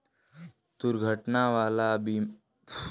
दुर्घटना वाला जगह के पहिलही बीमा कर देवे के चाही